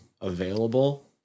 available